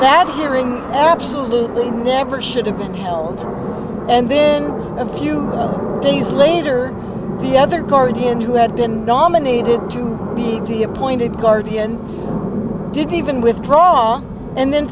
that hearing that absolutely never should have been held and then a few days later the other guardian who had been nominated to be the appointed guardian did even withdrawn and then